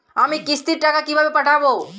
আমি কিস্তির টাকা কিভাবে পাঠাব?